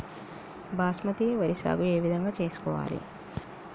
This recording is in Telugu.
బాస్మతి వరి సాగు ఏ విధంగా చేసుకోవాలి?